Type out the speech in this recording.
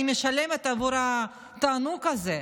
אני משלמת עבור התענוג הזה.